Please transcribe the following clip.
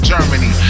Germany